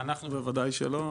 לא, אנחנו בוודאי שלא.